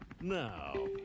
now